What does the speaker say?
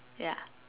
ya